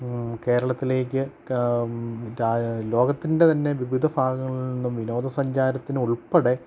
കേരളത്തിലേക്ക് ലോകത്തിൻ്റെ തന്നെ വിവിധ ഭാഗങ്ങളിൽ നിന്നും വിനോദസഞ്ചാരത്തിന് ഉൾപ്പെടെ